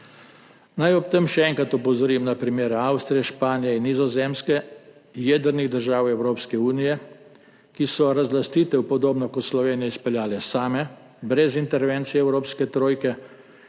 Naj ob tem še enkrat opozorim na primere Avstrije, Španije in Nizozemske, jedrnih držav Evropske unije, ki so razlastitev podobno kot Slovenija izpeljale same brez intervencije evropske trojke,